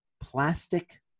plastic